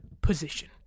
position